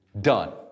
done